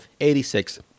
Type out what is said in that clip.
86